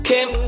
Kim